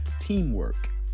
teamwork